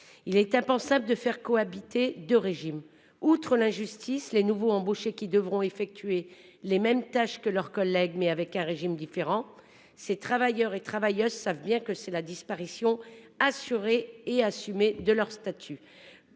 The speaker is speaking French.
il est impensable de faire cohabiter deux régimes. Outre l'injustice pour les nouveaux embauchés, qui devront accomplir les mêmes tâches que leurs collègues, mais en relevant d'un régime différent, ces travailleurs et travailleuses savent bien qu'il s'agit de la disparition assurée et assumée de leur statut.